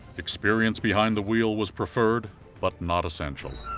experience behind the wheel was preferred but not essential.